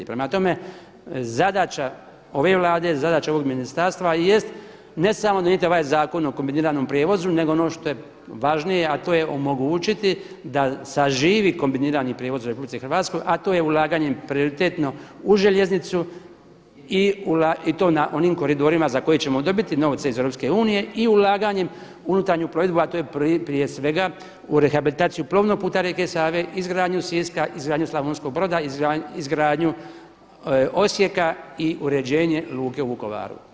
Prema tome, zadaća ove Vlade, zadaća ovog ministarstva jest ne samo da … ovaj zakon o kombiniranom prijevozu nego ono što je važnije a to je omogućiti da saživi kombinirani prijevoz u RH a to je ulaganjem prioritetno u željeznicu i to na onim koridorima za koje ćemo dobiti novce iz EU i ulaganjem u unutarnju provedbu a to je prije svega u rehabilitaciju plovnog puta rijeke Save, izgradnju Siska, izgradnju Slavonskog Broda, izgradnju Osijeka i uređenje luke u Vukovaru.